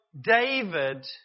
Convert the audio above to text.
David